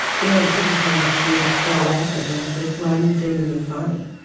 you know when people come up to you and they're laughing and i said well i didn't say anything funny,